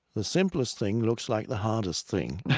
the simplest thing looks like the hardest thing.